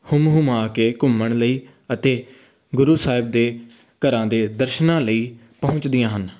ਹੁੰਮ ਹੁੰਮਾ ਕੇ ਘੁੰਮਣ ਲਈ ਅਤੇ ਗੁਰੂ ਸਾਹਿਬ ਦੇ ਘਰਾਂ ਦੇ ਦਰਸ਼ਨਾਂ ਲਈ ਪਹੁੰਚਦੀਆਂ ਹਨ